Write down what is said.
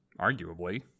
arguably